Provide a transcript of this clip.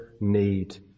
need